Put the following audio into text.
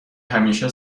همیشه